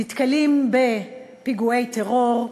נתקלים בפיגועי טרור,